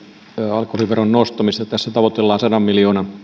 alkoholiveron nostamisesta tässä tavoitellaan sadan miljoonan